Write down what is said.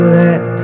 let